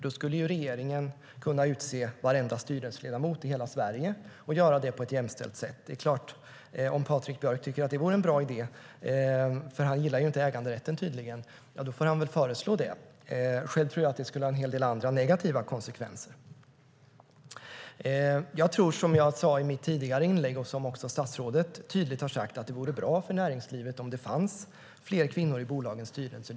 Då skulle regeringen kunna utse varenda styrelseledamot i hela Sverige och göra det på ett jämställt sätt. Om Patrik Björck tycker att det är en bra idé, för han gillar tydligen inte äganderätten, får han väl föreslå det. Själv tror jag att det skulle få en hel del andra negativa konsekvenser. Jag tror, som jag sade i mitt tidigare inlägg och som också statsrådet tydligt har sagt, att det vore bra för näringslivet om det fanns fler kvinnor i bolagens styrelser.